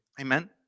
Amen